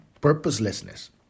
purposelessness